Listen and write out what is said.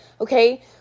okay